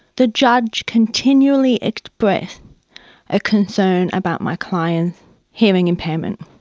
the judge continually expressed a concern about my client's hearing impairment.